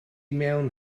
mewn